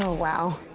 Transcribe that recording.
ah wow.